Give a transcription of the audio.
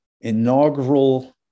inaugural